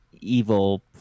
Evil